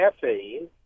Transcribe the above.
caffeine